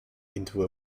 into